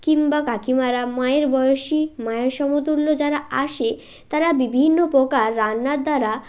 কিংবা কাকিমারা মায়ের বয়সী মায়ের সমতুল্য যারা আসে তারা বিভিন্ন প্রকার রান্নার দ্বারা